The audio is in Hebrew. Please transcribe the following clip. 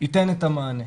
ייתן את המענה.